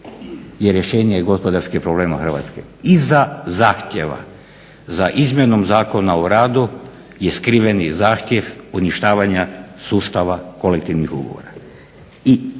je rješenje gospodarskih problema Hrvatske. Iza zahtjeva za izmjenom Zakona o radu je skriveni zahtjev uništavanja sustava kolektivnih ugovora.